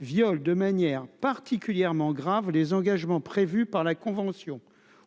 viole de manière particulièrement grave, les engagements prévus par la convention